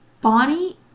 Bonnie